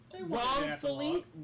Wrongfully